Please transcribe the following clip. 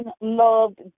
loved